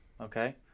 Okay